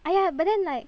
!aiya! but then like